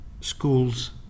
schools